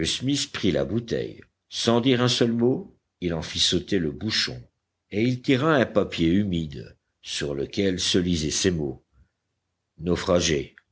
smith prit la bouteille sans dire un seul mot il en fit sauter le bouchon et il tira un papier humide sur lequel se lisaient ces mots naufragé